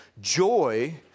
Joy